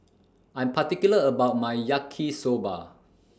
I'm particular about My Yaki Soba